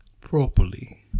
Properly